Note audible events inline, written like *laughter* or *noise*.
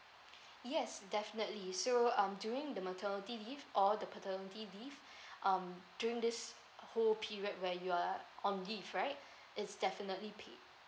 *breath* yes definitely so um during the maternity leave or the paternity leave *breath* um during this whole period where you are on leave right *breath* it's definitely paid